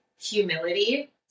humility